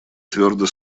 твердо